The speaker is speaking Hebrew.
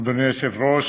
אדוני היושב-ראש,